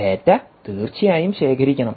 data തീർച്ചയായും ശേഖരിക്കണം